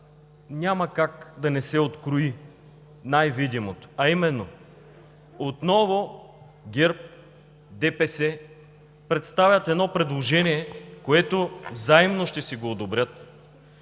няма как да не се открои най-видимото, а именно: отново ГЕРБ – ДПС представят едно предложение, което взаимно ще си го одобрят,